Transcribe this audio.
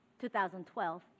2012